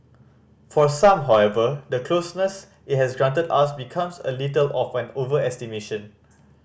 for some however the closeness it has granted us becomes a little of an overestimation